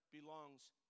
belongs